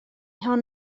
hon